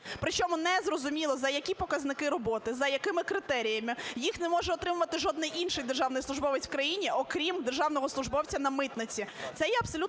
При чому незрозуміло, за які показники роботи, за якими критеріями, їх не може отримувати жодний інший державний службовець в країні, окрім державного службовця на митниці.